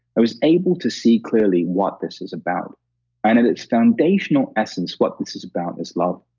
i was able to see clearly what this is about. and at its foundational essence what this is about is love.